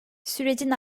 sürecin